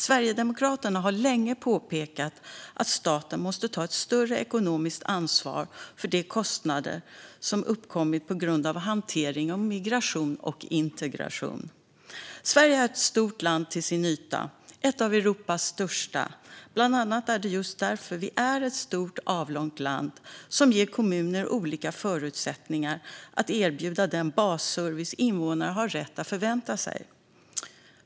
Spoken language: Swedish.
Sverigedemokraterna har länge påpekat att staten måste ta ett större ekonomiskt ansvar för de kostnader som uppkommit på grund av hanteringen av migration och integration. Sverige är ett stort land till ytan - ett av Europas största. Bland annat är det just att vi är ett stort avlångt land som ger kommuner olika förutsättningar att erbjuda den basservice som invånarna har rätt att förvänta sig.